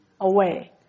away